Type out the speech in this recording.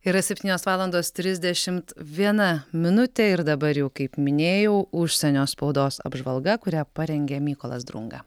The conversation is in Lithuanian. yra septynios valandos trisdešimt viena minutė ir dabar jau kaip minėjau užsienio spaudos apžvalga kurią parengė mykolas drunga